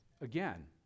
again